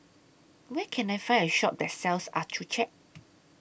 Where Can I Find A Shop that sells Accucheck